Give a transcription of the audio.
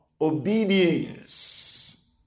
obedience